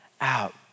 out